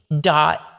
dot